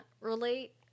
relate